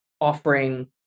offering